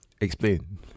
explain